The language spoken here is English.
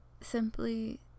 simply